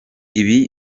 ibi